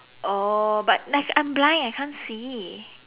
oh but like I'm blind I can't see